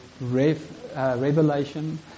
revelation